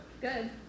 Good